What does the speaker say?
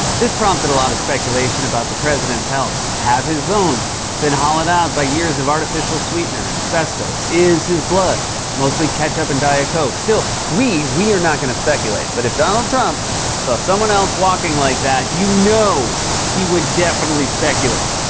this prompted a lot of speculation about the president's health. have his bones been hollowed out by years of artificial sweetener and asbestos? is his blood mostly ketchup and diet coke? still, we, we are not going to speculate. but if donald trump saw someone else walking like that, you know he would definitely speculate.